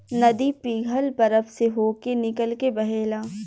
नदी पिघल बरफ से होके निकल के बहेला